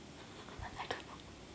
I don't know